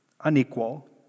Unequal